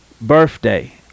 birthday